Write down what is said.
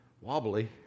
wobbly